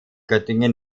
göttingen